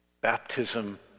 Baptism